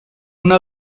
una